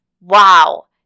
Wow